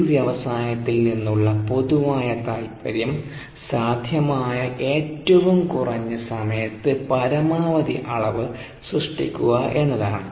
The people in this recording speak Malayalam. ഒരു വ്യവസായത്തിൽ നിന്നുള്ള പൊതുവായ താൽപ്പര്യം സാധ്യമായ ഏറ്റവും കുറഞ്ഞ സമയത്ത് പരമാവധി അളവ് സൃഷ്ടിക്കുക എന്നതാണ്